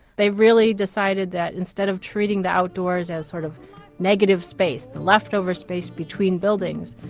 they really decided that instead of treating the outdoors as sort of negative space, the leftover space between buildings,